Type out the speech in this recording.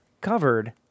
covered